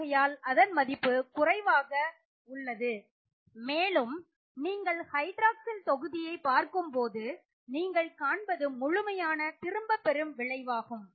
ஆகையால் அதன் மதிப்பு குறைவாக உள்ளது மேலும் நீங்கள் OH தொகுதியை பார்க்கும்போது நீங்கள் காண்பது முழுமையான திரும்பப்பெறும் விளைவாகும்